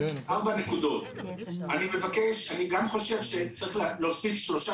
אני גם חושב שצריך להוסיף שלושה